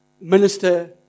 minister